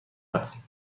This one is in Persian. است